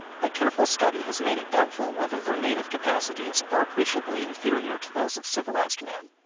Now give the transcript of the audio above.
but careful study has made it doubtful whether their native capacities are appreciably inferior to those of civilized man.